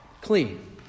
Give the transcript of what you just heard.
Clean